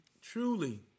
truly